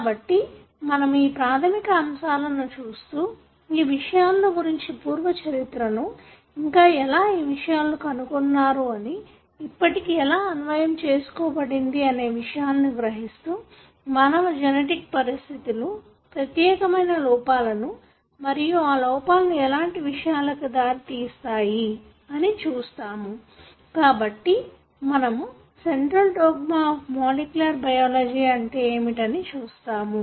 కాబట్టి మనము ఈ ప్రాధమిక అంశాలను చూస్తూ ఈ విషయాల గురించిన పూర్వ చరిత్రను ఇంకా ఎలా ఈ విషయాలు కనుగొన్నారు అవి ఇప్పటికి ఎలా అన్వయం చేసుకోబడింది అనే విషయాలను గ్రహిస్తూ మానవ జెనెటిక్ పరిస్థితులు ప్రత్యేకమైన లోపాలను మరియు ఆ లోపాలను ఎలాంటి విషయాలకు దారి తీస్తాయి అని చూస్తాము కాబట్టి మనము central dogma of molecular biology అంటే ఏమిటని చూస్తాము